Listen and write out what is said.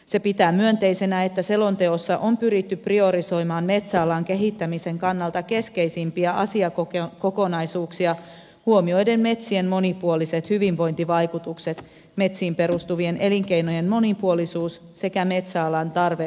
se pitää myönteisenä että selonteossa on pyritty priorisoimaan metsäalan kehittämisen kannalta keskeisimpiä asiakokonaisuuksia huomioiden metsien monipuoliset hyvinvointivaikutukset metsiin perustuvien elinkeinojen monipuolisuus sekä metsäalan tarve uudistua